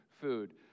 food